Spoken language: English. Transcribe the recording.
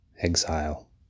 Exile